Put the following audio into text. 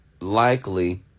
likely